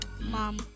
Mom